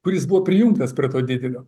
kuris buvo prijungtas prie to didelio